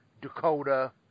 Dakota